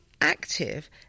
active